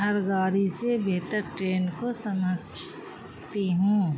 ہر گاڑی سے بہتر ٹرین کو سمجھتی ہوں